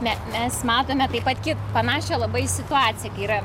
met mes matome taip pat ki panašią labai situaciją kai yra